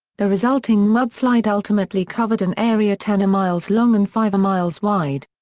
the resulting mudslide ultimately covered an area ten miles long and five miles wide.